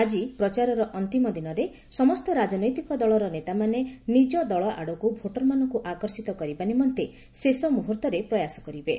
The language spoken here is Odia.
ଆଜି ପ୍ରଚାରର ଅନ୍ତିମ ଦିନରେ ସମସ୍ତ ରାଜନୈତିକ ଦଳର ନେତାମାନେ ନିଜ ଦଳ ଆଡ଼କୁ ଭୋଟରମାନଙ୍କୁ ଆକର୍ଷିତ କରିବା ନିମନ୍ତେ ଶେଷ ମୁହର୍ତ୍ତରେ ପ୍ରୟାସ କରିବେ